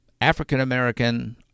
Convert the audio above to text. African-American